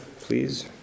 please